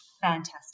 fantastic